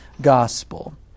gospel